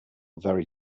very